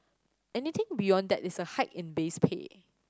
anything beyond that is a hike in base pay